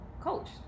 coach